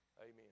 Amen